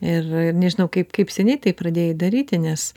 ir ir nežinau kaip kaip seniai tai pradėjai daryti nes